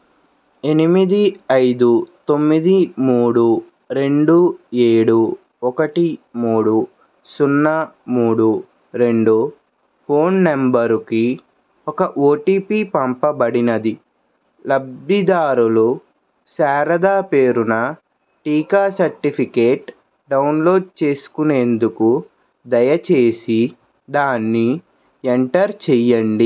ఎనిమిది ఐదు తొమ్మిది మూడు రెండు ఏడు ఒకటి మూడు సున్నా మూడు రెండు ఫోన్ నెంబరుకి ఒక ఓటీపీ పంపబడినది లబ్దిదారులు శారద పేరున టీకా సర్టిఫికేట్ డౌన్లోడ్ చేసుకునేందుకు దయచేసి దాన్ని ఎంటర్ చెయ్యండి